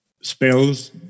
spells